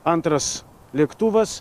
antras lėktuvas